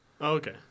okay